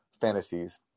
fantasies